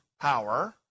power